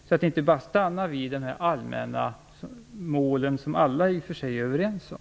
Det får inte stanna vid de allmänna mål som alla är överens om.